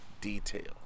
details